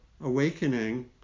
awakening